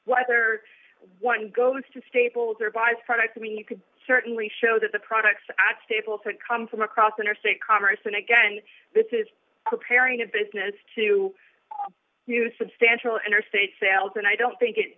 whether one goes to staples or buys product i mean you could certainly show that the products x table had come from across interstate commerce and again this is preparing a business to do substantial interstate sales and i don't think it